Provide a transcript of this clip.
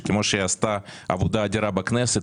שכמו שהיא עשתה עבודה אדירה בכנסת,